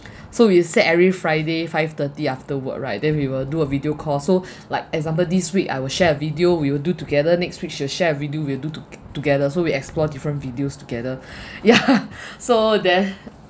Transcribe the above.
so we set every friday five thirty after work right then we will do a video call so like example this week I will share a video we will do together next week she will share a video we'll do toge~ together so we explore different videos together yeah so there